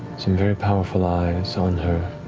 some very powerful eyes on her